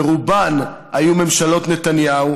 ורובן היו ממשלות נתניהו.